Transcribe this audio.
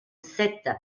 sept